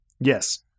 Yes